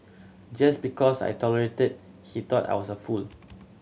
just because I tolerated he thought I was a fool